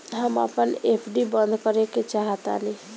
हम अपन एफ.डी बंद करेके चाहातानी